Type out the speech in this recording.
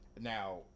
Now